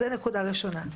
זו נקודה ראשונה.